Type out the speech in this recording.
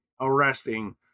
arresting